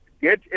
get